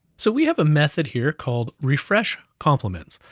so we have a method here called refresh compliments.